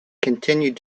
continued